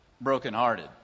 Brokenhearted